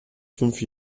fünf